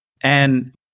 And-